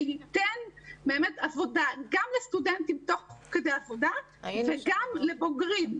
שייתן גם עבודה לסטודנטים תוך כדי הלימודים וגם לבוגרים.